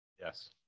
Yes